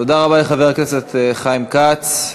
תודה רבה לחבר הכנסת חיים כץ.